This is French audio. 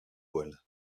voile